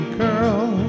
girl